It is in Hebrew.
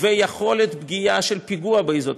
יכולת פגיעה של פיגוע באיזוטנקים,